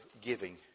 giving